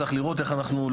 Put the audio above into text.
צריך לראות איך אנחנו,